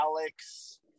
alex